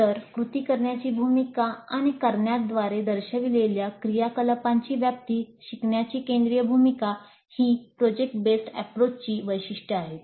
तर कृती करण्याची भूमिका आणि करण्याद्वारे दर्शविलेल्या क्रियाकलापांची व्याप्ती शिकण्याची केंद्रीय भूमिका ही प्रकल्प आधारित दृष्टिकोनाची वैशिष्ट्ये आहेत